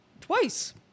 Twice